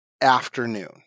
afternoon